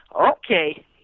okay